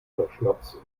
kräuterschnaps